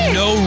no